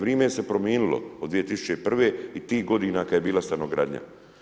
Vrime se prominilo od 2001. i tih godina kada je bila stanogradnja.